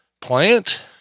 plant